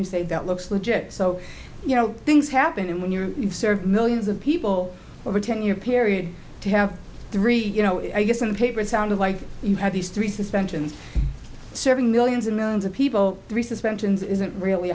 you say that looks legit so you know things happen when you serve millions of people over a ten year period to have three you know i guess on paper it sounded like you had these three suspensions serving millions and millions of people three suspensions isn't really